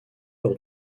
lors